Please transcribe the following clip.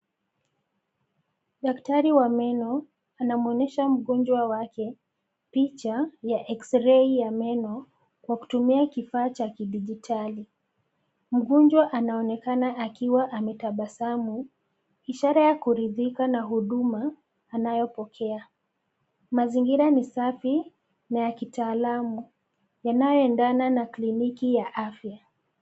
Daktari wa meno anamwonyesha mgonjwa wake picha ya ekisrei ya meno kwa kutumia kifaa cha kidijitali. Mgonjwa anaonekana akiwa ametabasamu, ishara ya kuridhika na huduma anayopokea. Mazingira ni safi na ya kitaalamu, yanayoendana na kliniki ya afya.